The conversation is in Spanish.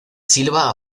silva